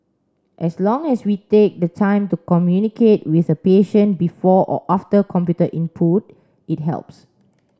as long as we take the time to communicate with a patient before or after computer input it helps